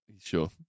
Sure